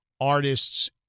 artists